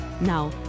Now